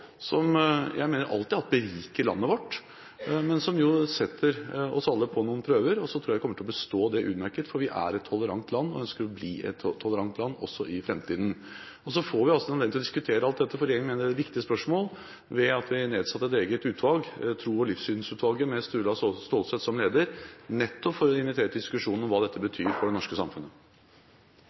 som jeg mener alltid har beriket landet vårt, men som setter oss alle på noen prøver. Jeg tror vi kommer til å bestå det utmerket, for vi er et tolerant land og ønsker å være et tolerant land også i framtiden. Så får vi anledning til å diskutere alt dette, for regjeringen mener det er et viktig spørsmål. Vi har nedsatt et eget utvalg – Tro- og livssynsutvalget, med Sturla Stålsett som leder – nettopp for å invitere til diskusjon om hva dette betyr for det norske samfunnet.